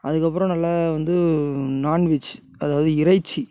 அதுக்கப்புறம் நல்லா வந்து நான் வெஜ் அதாவது இறைச்சி